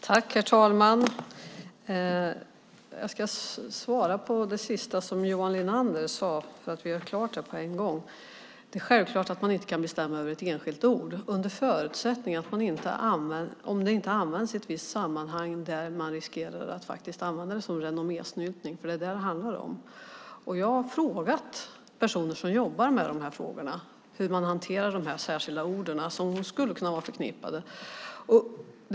Herr talman! Jag ska ge ett svar beträffande det sista som Johan Linander sade så att det med en gång görs klart. Självklart kan man inte bestämma över ett enskilt ord, förutsatt att det inte används i ett visst sammanhang där risken finns att det används som renommésnyltning. Det är vad det handlar om. Jag har frågat personer som jobbar med de här frågorna hur de ord hanteras som skulle kunna vara förknippade med någonting särskilt.